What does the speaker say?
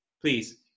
Please